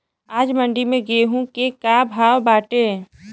आज मंडी में गेहूँ के का भाव बाटे?